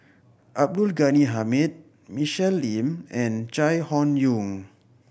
Abdul Ghani Hamid Michelle Lim and Chai Hon Yoong